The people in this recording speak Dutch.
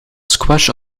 squash